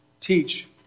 teach